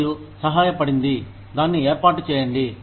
మరియు సహాయ పడింది దాన్ని ఏర్పాటు చేయండి